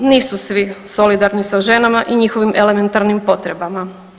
Nisu svi solidarni sa ženama i njihovim elementarnim potrebama.